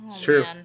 true